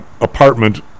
Apartment